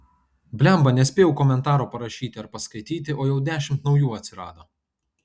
blemba nespėjau komentaro parašyti ar paskaityti o jau dešimt naujų atsirado